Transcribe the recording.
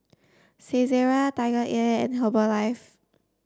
Saizeriya TigerAir and Herbalife